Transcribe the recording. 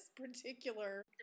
particular